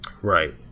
right